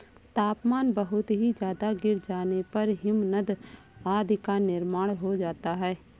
तापमान बहुत ही ज्यादा गिर जाने पर हिमनद आदि का निर्माण हो जाता है